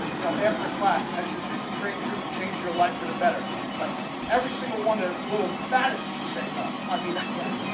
you know after class has your district ranger to change your life for the better like every single one of will emphatically say no, i mean yes,